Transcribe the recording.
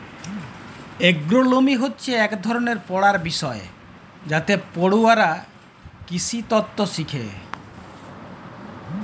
এগ্রোলমি হছে ইক ধরলের পড়ার বিষয় যাতে পড়ুয়ারা কিসিতত্ত শিখে